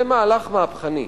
זה מהלך מהפכני,